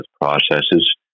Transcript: processes